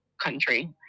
country